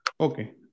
Okay